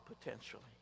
potentially